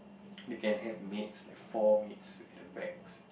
you can have maids like four maids at the max